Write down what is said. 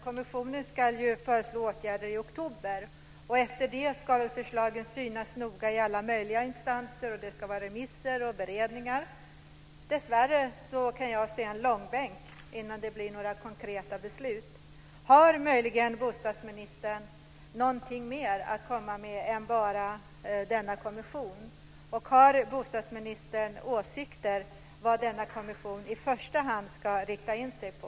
Kommissionen ska ju föreslå åtgärder i oktober. Och efter det ska väl förslagen synas noga i alla möjliga instanser, och det ska vara remissförfarande och beredningar. Dessvärre kan jag se en långbänk innan det blir några konkreta beslut. Har möjligen bostadsministern någonting mer att komma med än bara denna kommission, och har bostadsministern åsikter om vad denna kommission i första hand ska rikta in sig på?